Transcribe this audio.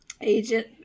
Agent